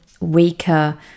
weaker